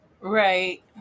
Right